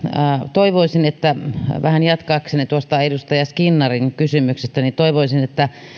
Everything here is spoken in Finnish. toivoisin vähän jatkaakseni tuosta edustaja skinnarin kysymyksestä että